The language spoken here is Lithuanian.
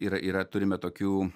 yra yra turime tokių